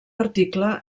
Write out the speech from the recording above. article